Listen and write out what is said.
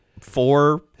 four